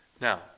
Now